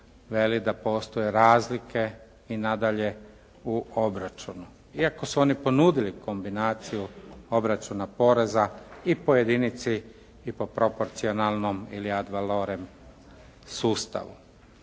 veli da postoje razlike i nadalje u obračunu. Iako su oni ponudili kombinaciju obračuna poreza i po jedinici i po proporcionalnom ili ad valorem sustavu.